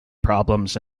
problems